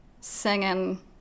singing